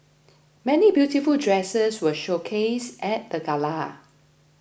many beautiful dresses were showcased at the gala